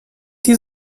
die